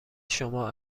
شما